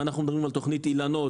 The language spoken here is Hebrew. אם אנחנו מדברים על תכנית "אילנות",